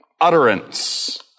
utterance